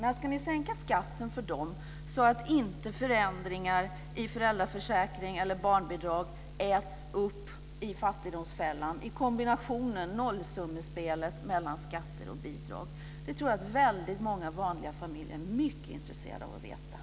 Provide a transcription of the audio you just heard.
När ska ni sänka skatten för dem, så att inte förändringar när det gäller föräldraförsäkring eller barnbidrag äts upp i fattigdomsfällan, i kombinationen med nollsummespelet mellan skatter och bidrag? Det tror jag att väldigt många vanliga familjer är mycket intresserade av att veta.